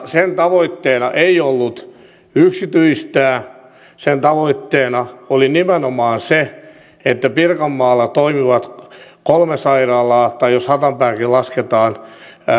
sen tavoitteena ei ollut yksityistää sen tavoitteena oli nimenomaan se että pirkanmaalla toimivat kolme sairaalaa tai jos hatanpääkin lasketaan